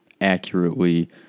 accurately